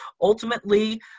ultimately